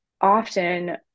often